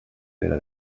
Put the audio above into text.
fera